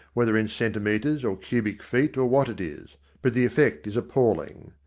whether in centimetres or cubic feet or what it is. but the effect is appalling.